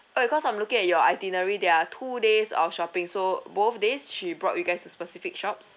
because I'm looking at your itinerary there are two days of shopping so both days she brought brought you guys to specific shops